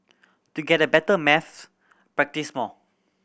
to get a better maths practise more